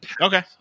Okay